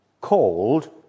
called